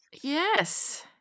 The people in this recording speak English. Yes